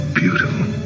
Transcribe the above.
beautiful